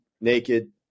naked